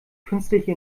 künstliche